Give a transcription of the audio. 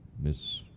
Miss